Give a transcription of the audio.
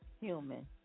human